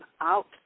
out